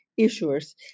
issuers